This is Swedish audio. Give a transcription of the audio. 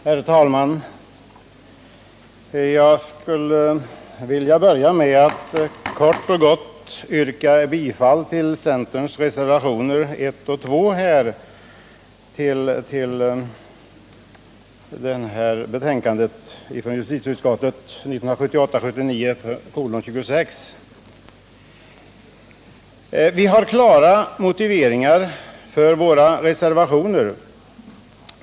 Herr talman! Jag vill börja med att kort och gott yrka bifall till centerns reservationer nr 1 och 2 till justitieutskottets betänkande 1978/79:26. Vi har klara motiveringar för våra reservationer.